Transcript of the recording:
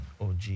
OG